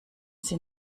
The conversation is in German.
sie